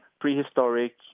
prehistoric